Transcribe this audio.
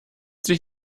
sich